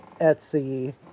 Etsy